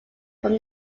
from